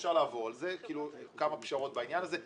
אפשר לעבור עליהן כי היו כמה פשרות בעניין הזה,